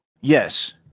Yes